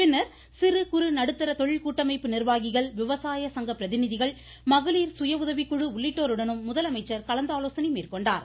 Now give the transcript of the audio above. பின்னர் சிறுகுறு நடுத்தர தொழில் கூட்டமைப்பு நிர்வாகிகள் விவசாய சங்க பிரதிநிதிகள் மகளிர் சுயஉதவிக்குழு உள்ளிட்டோருடன் முதலமைச்சர் ஆலோசனை மேற்கொண்டார்